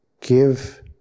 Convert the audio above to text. give